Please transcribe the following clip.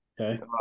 Okay